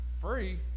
free